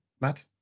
Matt